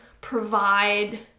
provide